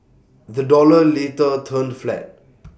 the dollar later turned flat